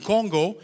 Congo